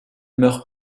meurt